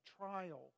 trial